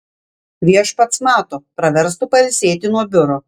viešpats mato praverstų pailsėti nuo biuro